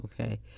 Okay